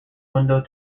window